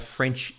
French